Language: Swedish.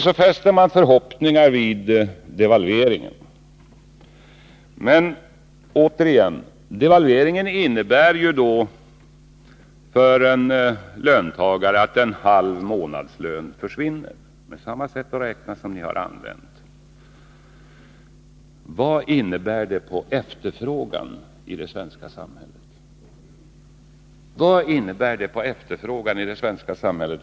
Så fäster man förhoppningar vid devalveringen. Men återigen: devalveringen innebär ju för en löntagare, om man använder samma sätt att räkna som ni själva gjort, att en halv månadslön försvinner. Vad innebär det för efterfrågan i det svenska samhället?